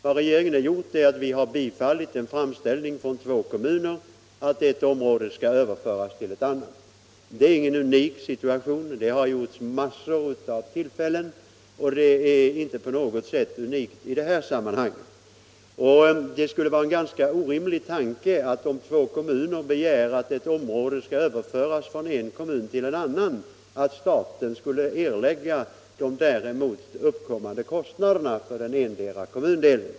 Vad regeringen nu gjort är att vi bifallit en framställning från två kommuner att ett område skall överföras till ett annat. Det har gjorts vid flera tillfällen och är inte på något sätt en unik situation. Det skulle vara en ganska orimlig tanke att staten, om två kommuner begär att ett område skall överföras från den ena kommunen till den andra, skulle erlägga de för endera kommunen uppkommande kostnaderna.